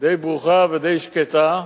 די ברוכה ודי שקטה.